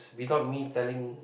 without me telling